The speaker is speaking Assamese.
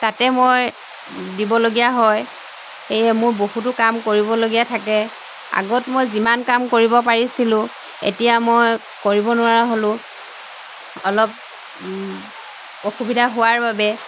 তাতে মই দিবলগীয়া হয় সেয়ে মোৰ বহুত কাম কৰিবলগীয়া থাকে আগত মই যিমান কাম কৰিব পাৰিছিলোঁ এতিয়া মই কৰিব নোৱাৰা হ'লোঁ অলপ অসুবিধা হোৱাৰ বাবে